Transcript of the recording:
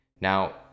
Now